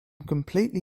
completely